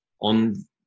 on